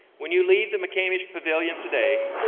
when you leave the mccamish pavilion today,